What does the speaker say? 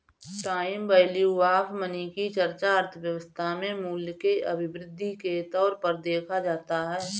time value of money की चर्चा अर्थव्यवस्था में मूल्य के अभिवृद्धि के तौर पर देखा जाता है